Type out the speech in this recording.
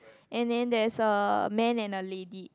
and then there's a man and a lady